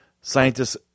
scientists